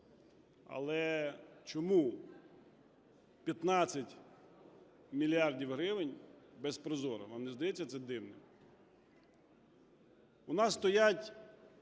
Але чому 15 мільярдів гривень без ProZorro? Вам не здається це дивним?